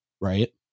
Right